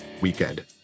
weekend